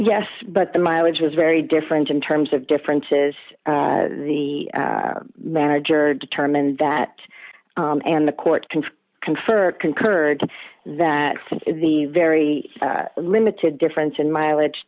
yes but the mileage is very different in terms of differences the manager determined that and the court can confer concurred that the very limited difference in mileage